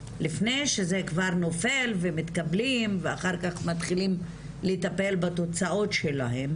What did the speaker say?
לפני שזה כבר נופל ומתקבלים ואחר כך מתחילים לטפל בתוצאות שלהם.